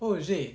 oh is it